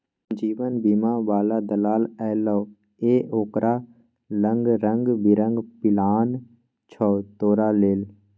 जीवन बीमा बला दलाल एलौ ये ओकरा लंग रंग बिरंग पिलान छौ तोरा लेल